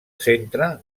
centre